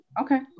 Okay